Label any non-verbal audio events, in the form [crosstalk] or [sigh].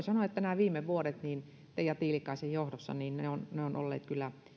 [unintelligible] sanoa että nämä viime vuodet teija tiilikaisen johdossa ovat olleet kyllä